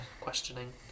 questioning